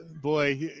boy